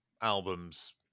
albums